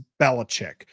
Belichick